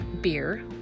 beer